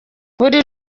buri